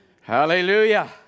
Hallelujah